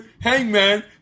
hangman